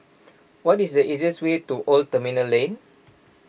what is the easiest way to Old Terminal Lane